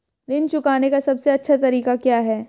ऋण चुकाने का सबसे अच्छा तरीका क्या है?